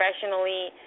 professionally